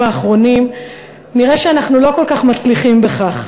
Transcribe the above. האחרונים נראה שאנחנו לא כל כך מצליחים בכך,